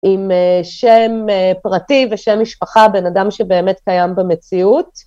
עם שם פרטי ושם משפחה בן אדם שבאמת קיים במציאות.